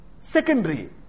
secondary